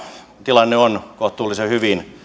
tilanne on kohtuullisen hyvin